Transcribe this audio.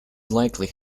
likely